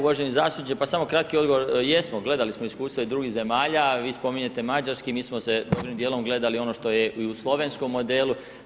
Uvaženi zastupniče, pa samo kratki odgovor, jesmo gledali smo iskustva i drugih zemalja, vi spominjete mađarski, mi smo se dobrim dijelom gledali i ono što je i u slovenskom modelu.